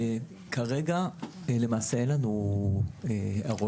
כרגע, למעשה, אין לנו הערות.